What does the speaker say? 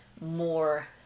more